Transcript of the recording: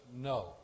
no